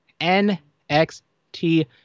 NXT